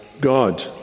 God